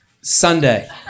Sunday